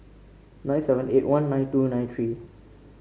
nine seven eight one nine two nine three